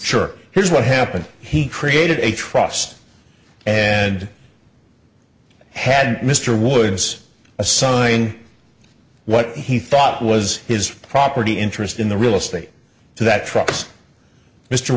sure here's what happened he created a trust and had mr woods assigning what he thought was his property interest in the real estate to that trucks mr